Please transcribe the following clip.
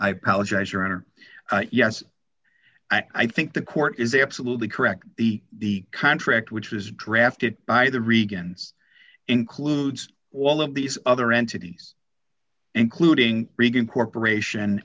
honor yes i think the court is absolutely correct the contract which was drafted by the reagan's includes all of these other entities including reagan corporation